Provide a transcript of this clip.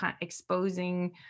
exposing